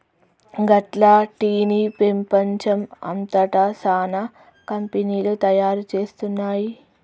గట్ల టీ ని పెపంచం అంతట సానా కంపెనీలు తయారు చేస్తున్నాయి